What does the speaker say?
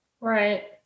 Right